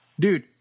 Dude